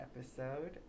episode